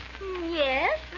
Yes